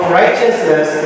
righteousness